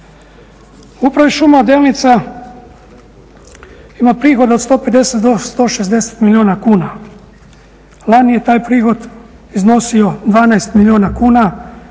Upravo je šuma Delnica ima prihod od 150 do 160 milijuna kuna. Lani je taj prihod iznosio 12 milijuna kuna,